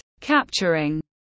capturing